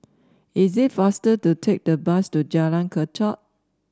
is it faster to take the bus to Jalan Kechot